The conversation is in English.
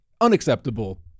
unacceptable